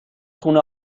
خونه